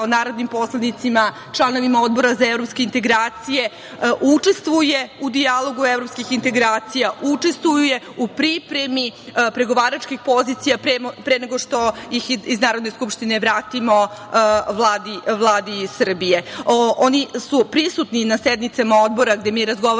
kao narodnim poslanicima, članovima Odbora za evropske integracije, učestvuje u dijalogu evropskih integracija, učestvuje u pripremi pregovaračkih pozicija pre nego što ih iz Narodne skupštine vratimo Vladi Srbije. Oni su prisutni na sednicama Odbora gde razgovaramo